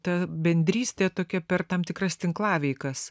ta bendrystė tokia per tam tikras tinklaveikas